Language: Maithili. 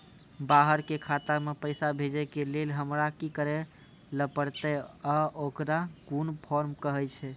बाहर के खाता मे पैसा भेजै के लेल हमरा की करै ला परतै आ ओकरा कुन फॉर्म कहैय छै?